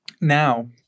Now